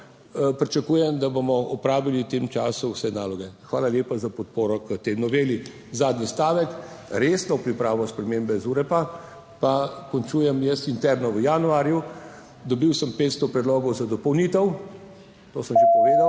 pričakujem, da bomo opravili v tem času vse naloge. Hvala lepa za podporo k tej noveli. Zadnji stavek: resno pripravo spremembe ZUREP pa končujem jaz interno v januarju. Dobil sem 500 predlogov za dopolnitev, to sem že povedal